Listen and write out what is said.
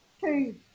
two